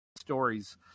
stories